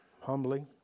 humbly